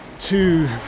two